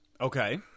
Okay